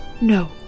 No